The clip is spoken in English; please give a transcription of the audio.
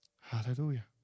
Hallelujah